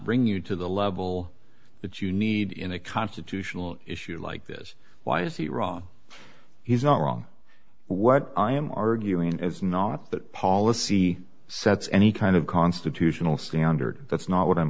bring you to the level that you need in a constitutional issue like this why is he wrong he's not wrong what i am arguing is not that policy sets any kind of constitutional standard that's not what i'm